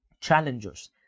Challengers